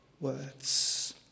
words